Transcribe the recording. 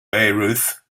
bayreuth